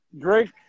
Drake